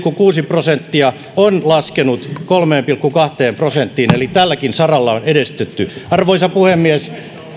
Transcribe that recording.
prosenttia on laskenut kolmeen pilkku kahteen prosenttiin eli tälläkin saralla on edistytty arvoisa puhemies paljon olisi